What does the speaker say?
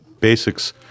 basics